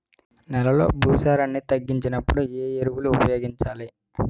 నెలలో భూసారాన్ని తగ్గినప్పుడు, ఏ ఎరువులు ఉపయోగించాలి?